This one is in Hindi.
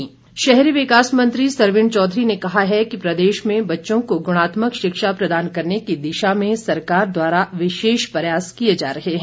सरवीण शहरी विकास मंत्री सरवीण चौधरी ने कहा है कि प्रदेश में बच्चों को गुणात्मक शिक्षा प्रदान करने की दिशा में सरकार द्वारा विशेष प्रयास किए जा रहे हैं